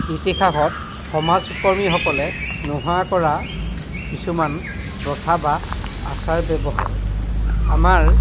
ইতিহাসত সমাজকৰ্মীসকলে নোহোৱা কৰা কিছুমান প্ৰথা বা আচাৰ ব্যৱহাৰ আমাৰ